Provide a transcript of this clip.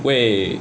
为